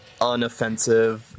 unoffensive